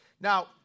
Now